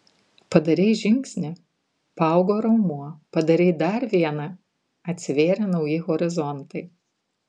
padarei žingsnį paaugo raumuo padarei dar vieną atsivėrė nauji horizontai